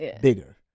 Bigger